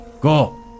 Go